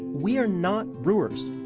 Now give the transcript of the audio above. we are not brewers.